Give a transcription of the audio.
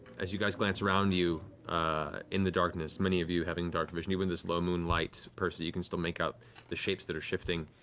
as you guys glance around you in the darkness, many of you having darkvision even this low moonlight, percy, you can still make out the shapes that are shifting.